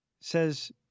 says